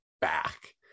back